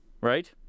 right